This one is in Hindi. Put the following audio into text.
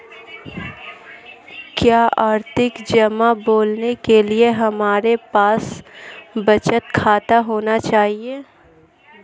क्या आवर्ती जमा खोलने के लिए हमारे पास बचत खाता होना चाहिए?